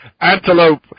antelope